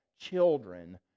children